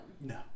No